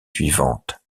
suivantes